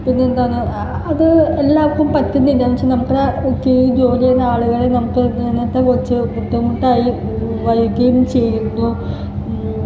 പിന്നെന്താണ് അത് എല്ലാവർക്കും പറ്റുന്നില്ല എന്താണെന്ന് വെച്ചാൽ കീഴിൽ ജോലി ചെയ്യുന്ന ആളുകള് നമുക്ക് വെച്ച് ബുദ്ധിമുട്ടായി നല്ല രീതിയിൽ ചെയ്യുന്നു